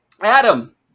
Adam